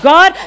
God